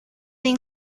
den